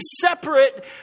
separate